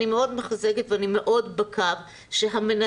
אני מאוד מחזקת ואני מאוד בקו שהמנהל